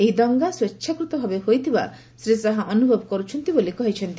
ଏହି ଦଙ୍ଗା ସ୍ୱଚ୍ଛାକୃତ ଭାବେ ହୋଇଥିବା ଶ୍ରୀ ଶାହା ଅନୁଭବ କରୁଛନ୍ତି ବୋଲି କହିଛନ୍ତି